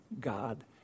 God